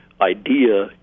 idea